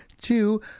two